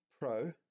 Pro